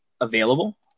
available